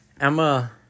Emma